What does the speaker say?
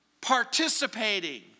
participating